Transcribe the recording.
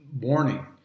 warning